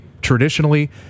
traditionally